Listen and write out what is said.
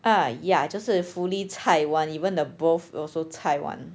ah ya 就是 fully 菜 [one] even the broth also 菜 [one]